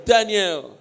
Daniel